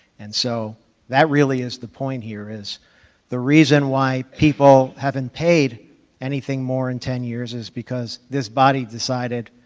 and so that really is the point here is the reason why people haven't paid anything more in ten years is because this body decided